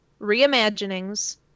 reimaginings